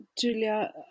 Julia